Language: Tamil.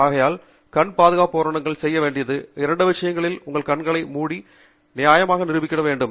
ஆகையால் கண் பாதுகாப்பு உபகரணங்கள் செய்ய வேண்டிய இரண்டு விஷயங்கள் உங்கள் கண்களை மூடி நியாயமாக நிரூபிக்கப்பட வேண்டும்